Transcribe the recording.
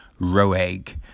Roeg